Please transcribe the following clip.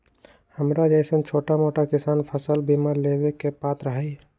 हमरा जैईसन छोटा मोटा किसान फसल बीमा लेबे के पात्र हई?